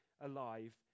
alive